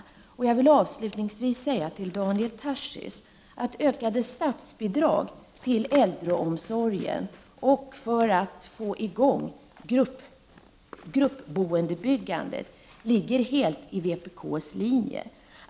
Avslutningsvis vill jag säga till Daniel Tarschys att ökade statsbidrag till äldreomsorgen och ett igångsättande av gruppboendebyggandet ligger helt i linje med vpk:s inställning.